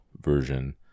version